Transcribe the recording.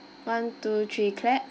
one two three clap